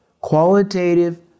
qualitative